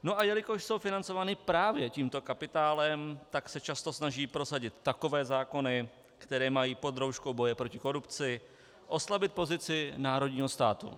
No a jelikož jsou financovány právě tímto kapitálem, tak se často snaží prosadit takové zákony, které mají pod rouškou boje proti korupci oslabit pozici národního státu.